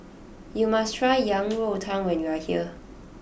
you must try Yang Rou Tang when you are here